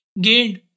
gained